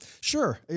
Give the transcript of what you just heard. Sure